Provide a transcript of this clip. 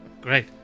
Great